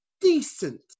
decent